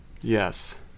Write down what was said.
Yes